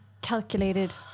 calculated